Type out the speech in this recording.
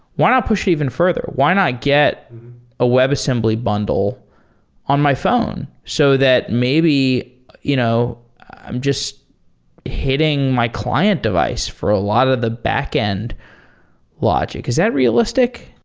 why not push it even further? why not get a webassembly bundle on my phone so that maybe you know i'm just hitting my client device for a lot of the backend logic? is that realistic?